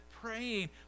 praying